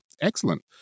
excellent